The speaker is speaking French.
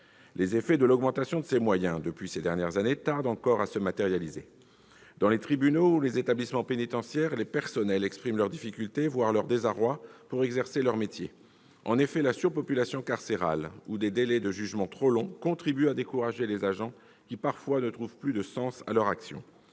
Les effets de l'augmentation de ses moyens intervenue ces dernières années tardent encore à se matérialiser. Dans les tribunaux ou les établissements pénitentiaires, les personnels expriment leurs difficultés à exercer leur métier, voire leur désarroi. En effet, la surpopulation carcérale ou des délais de jugement trop longs contribuent à décourager les agents, qui, parfois, ne trouvent plus de sens à leur action.